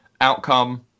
outcome